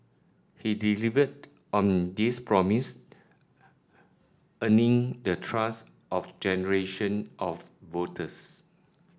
he delivered on this promise earning the trust of generation of voters